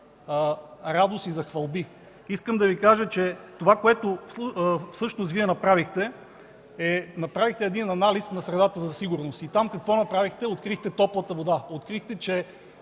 радост и за хвалби. Искам да Ви кажа, че това, което всъщност Вие направихте, направихте анализ на средата за сигурност там. Там какво направихте? Открихте топлата вода. Открихте, че